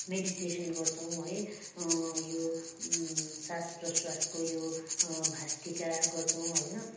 meditation गर्छौँ है यो सास प्रश्वासको यो भास्त्रिका गर्छौँ होइन